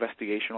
investigational